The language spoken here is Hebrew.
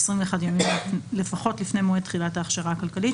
21 ימים לפחות לפני מועד תחילת ההכשרה הכלכלית,